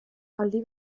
aldi